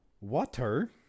Water